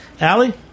Allie